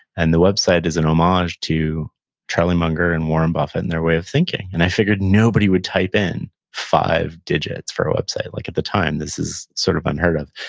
and the website is an um homage to charlie munger and warren buffett and their way of thinking, and i figured nobody would type in five digits for a website. like at the time, this is sort of unheard of,